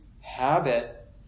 habit